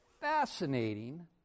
fascinating